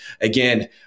Again